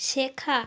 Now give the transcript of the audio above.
শেখা